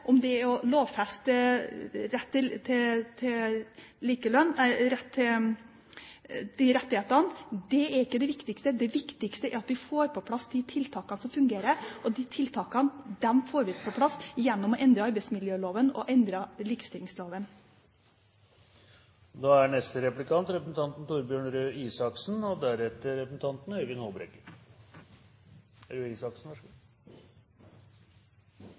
om det er å rettighetsfeste, om det er å lovfeste rett til disse rettighetene, er ikke det viktigste. Det viktigste er at vi får på plass de tiltakene som fungerer, og de tiltakene får vi på plass ved å endre arbeidsmiljøloven og endre